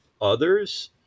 others